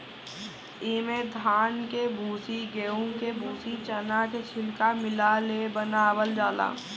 इमे धान के भूसी, गेंहू के भूसी, चना के छिलका मिला ले बनावल जाला